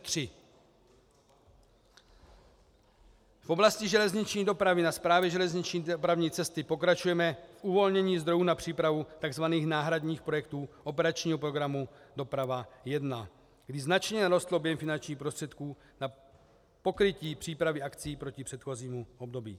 V oblasti železniční dopravy na Správě železniční dopravní cesty pokračujeme v uvolnění zdrojů na přípravu tzv. náhradních projektů operačního programu Doprava 1, kdy značně narostl objem finančních prostředků na pokrytí přípravy akcí proti předchozímu období.